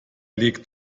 legt